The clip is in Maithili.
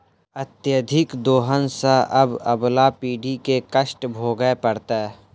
अत्यधिक दोहन सँ आबअबला पीढ़ी के कष्ट भोगय पड़तै